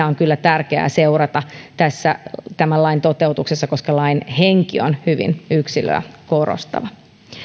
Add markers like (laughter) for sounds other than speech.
(unintelligible) on kyllä tärkeää seurata tämän lain toteutuksessa koska lain henki on hyvin yksilöä korostava